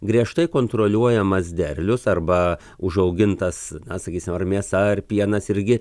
griežtai kontroliuojamas derlius arba užaugintas na sakysim ar mėsa ar pienas irgi